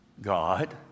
God